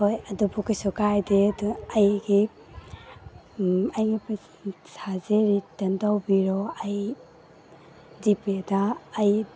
ꯍꯣꯏ ꯑꯗꯨꯕꯨ ꯀꯔꯤꯁꯨ ꯀꯥꯏꯗꯦ ꯑꯗꯨ ꯑꯩꯒꯤ ꯄꯩꯁꯥꯁꯦ ꯔꯤꯇꯔꯟ ꯇꯧꯕꯤꯔꯣ ꯑꯩ ꯖꯤꯄꯦꯗ ꯑꯩ